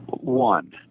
One